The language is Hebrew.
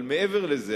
אבל מעבר לזה,